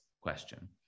question